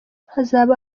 hazaba